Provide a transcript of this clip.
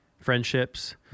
friendships